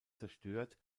zerstört